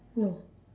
no